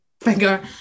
figure